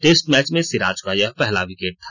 test match में सिराज का यह पहला विकेट था